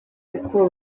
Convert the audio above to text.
uko